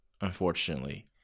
unfortunately